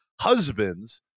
Husbands